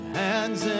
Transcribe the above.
hands